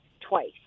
twice